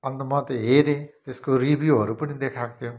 अन्त म त हेरेँ त्यसको रिभ्युहरू पनि देखाएको थियो